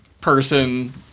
person